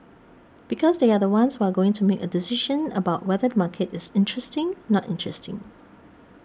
because they are the ones who are going to make a decision about whether the market is interesting not interesting